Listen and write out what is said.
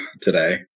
today